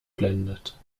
blendet